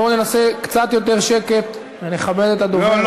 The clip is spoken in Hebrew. בואו ננסה להיות קצת יותר בשקט ולכבד את הדובר.